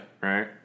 Right